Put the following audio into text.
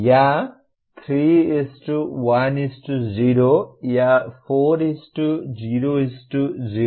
या 3 1 0 या 4 0 0